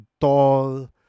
tall